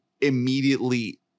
Immediately